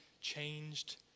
changed